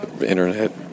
internet